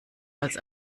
als